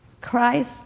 Christ